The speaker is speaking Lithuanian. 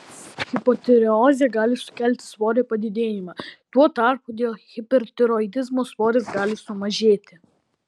hipotireozė gali sukelti svorio padidėjimą tuo tarpu dėl hipertiroidizmo svoris gali sumažėti